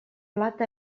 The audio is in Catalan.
plat